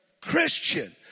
Christian